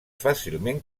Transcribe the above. fàcilment